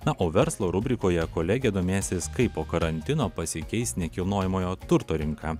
na o verslo rubrikoje kolegė domėsis kaip po karantino pasikeis nekilnojamojo turto rinka